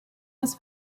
das